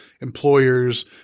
employers